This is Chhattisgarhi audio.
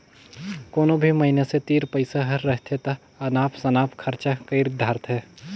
कोनो भी मइनसे तीर पइसा हर रहथे ता अनाप सनाप खरचा कइर धारथें